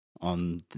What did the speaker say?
on